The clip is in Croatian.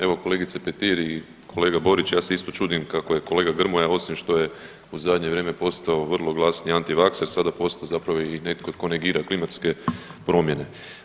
Evo kolegice Petir i kolega Borić ja se isto čudim kako je kolega Grmoja osim što je u zadnje vrijeme postao vrlo glasni anti vakser sada postao zapravo i netko tko negira klimatske promjene.